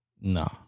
No